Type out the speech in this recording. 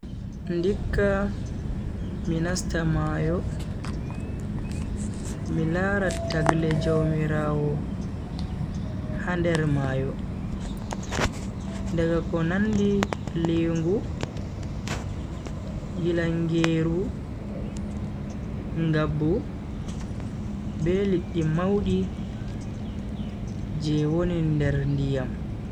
Ndikka mi nasta mayo mi lara tagle jaumiraawo ha nder mayo. daga ko nandi lingu, gilangeeru, ngabbu be liddi maudi je woni nder ndiyam.